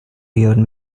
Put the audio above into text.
yield